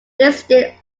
listed